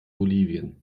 bolivien